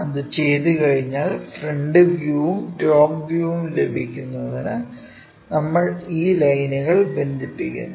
അത് ചെയ്തുകഴിഞ്ഞാൽ ഫ്രണ്ട് വ്യൂവും ടോപ് വ്യൂവും ലഭിക്കുന്നതിന് നമ്മൾ ഈ ലൈനുകൾ ബന്ധിപ്പിക്കുന്നു